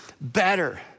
better